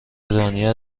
دنیا